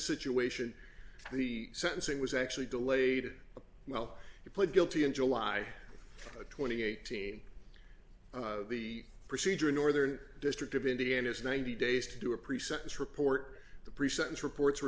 situation the sentencing was actually delayed well he pled guilty in july twenty eight team the procedure in northern district of indiana's ninety days to do a pre sentence report the pre sentence reports were